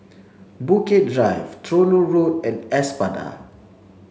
Bukit Drive Tronoh Road and Espada